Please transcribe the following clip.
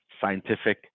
scientific